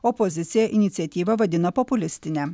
opozicija iniciatyvą vadina populistine